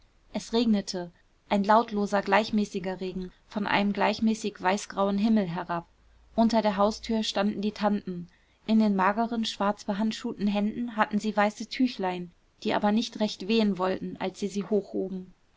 es regnete ein lautloser gleichmäßiger regen von einem gleichmäßig weißgrauen himmel herab unter der haustür standen die tanten in den mageren schwarzbehandschuhten händen hatten sie weiße tüchlein die aber nicht recht wehen wollten als sie sie hochhoben